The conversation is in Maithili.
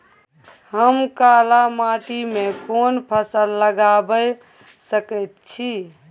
हम काला माटी में कोन फसल लगाबै सकेत छी?